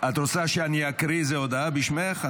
את רוצה שאני אקריא איזו הודעה בשמך?